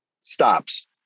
stops